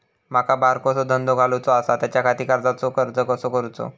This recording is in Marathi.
माका बारकोसो धंदो घालुचो आसा त्याच्याखाती कर्जाचो अर्ज कसो करूचो?